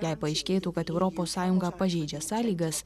jei paaiškėtų kad europos sąjunga pažeidžia sąlygas